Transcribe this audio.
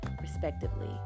respectively